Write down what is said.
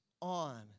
on